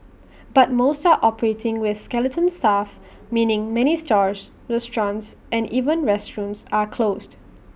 but most are operating with skeleton staff meaning many stores restaurants and even restrooms are closed